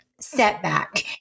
setback